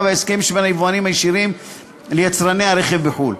וההסכמים שבין היבואנים הישירים ליצרני הרכב בחו"ל.